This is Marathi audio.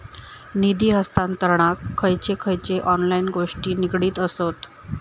निधी हस्तांतरणाक खयचे खयचे ऑनलाइन गोष्टी निगडीत आसत?